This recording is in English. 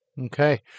Okay